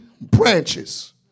branches